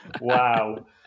wow